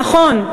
נכון,